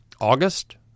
august